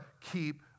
keep